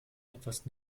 etwas